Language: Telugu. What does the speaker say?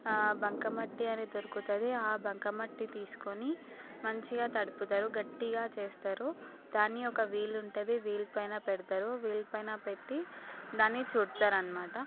బంకమట్టి అని దొరుకుతుంది ఆ బంకమట్టి తీసుకొని మంచిగా తడుపుతారు గట్టిగా చేస్తారు దాన్ని ఒక వీల్ ఉంటుంది వీల్ పైన పెడతరు వీల్ పైన పెట్టి దాన్ని చుడతరన్నమాట